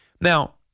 Now